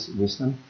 wisdom